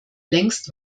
längst